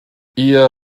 ihr